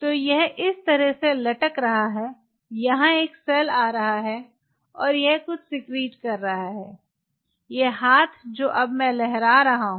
तो यह इस तरह से लटक रहा है यहाँ एक सेल आ रहा है और यह कुछ सिक्रीट कर रहा है यह हाथ जो अब मैं लहरा रहा हूं